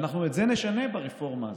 ואנחנו נשנה את זה ברפורמה הזאת.